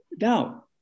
now